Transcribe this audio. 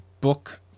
book